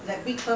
no